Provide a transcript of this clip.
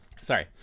sorry